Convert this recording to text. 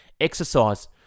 exercise